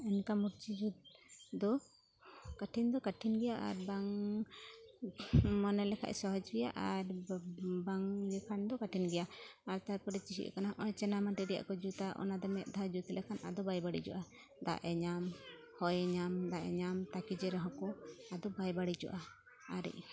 ᱚᱱᱠᱟ ᱢᱩᱨᱛᱤ ᱡᱩᱛ ᱫᱚ ᱠᱚᱴᱷᱤᱱ ᱫᱚ ᱠᱚᱴᱷᱤᱱ ᱜᱮᱭᱟ ᱟᱨ ᱵᱟᱝ ᱢᱚᱱᱮᱞᱮᱠᱷᱟᱱ ᱥᱚᱦᱚᱡᱽ ᱜᱮᱭᱟ ᱟᱨ ᱵᱟᱝ ᱞᱮᱠᱷᱟᱱ ᱫᱚ ᱠᱚᱴᱷᱤᱱ ᱜᱮᱭᱟ ᱟᱨ ᱛᱟᱨᱯᱚᱨᱮ ᱪᱤᱠᱟᱹᱜ ᱠᱟᱱᱟ ᱦᱚᱜᱼᱚᱭ ᱪᱤᱱᱟ ᱢᱟᱴᱤᱨᱮᱭᱟᱜ ᱠᱚ ᱡᱩᱛᱟ ᱚᱱᱟ ᱫᱚ ᱢᱤᱫ ᱫᱷᱟᱣ ᱡᱩᱛ ᱞᱮᱠᱷᱟᱱ ᱟᱫᱚ ᱵᱟᱭ ᱵᱟᱹᱲᱤᱡᱚᱜᱼᱟ ᱫᱟᱜ ᱮ ᱧᱟᱢ ᱦᱚᱭᱮ ᱧᱟᱢ ᱫᱟᱜ ᱮ ᱧᱟᱢ ᱛᱟᱠᱤᱡᱮ ᱨᱮᱦᱚᱸᱠᱚ ᱟᱫᱚ ᱵᱟᱭ ᱵᱟᱹᱲᱤᱡᱚᱜᱼᱟ ᱟᱨ